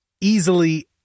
easily